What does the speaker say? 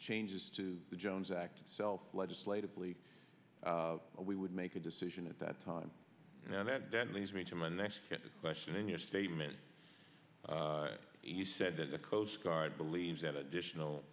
changes to the jones act itself legislatively we would make a decision at that time and that then leads me to my next question in your statement you said that the coast guard believes that additional